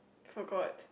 forgot